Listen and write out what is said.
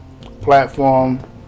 platform